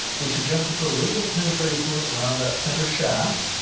we suggest you put a little bit of penetrating fluid around that center shaft.